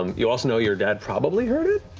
um you also know your dad probably heard it.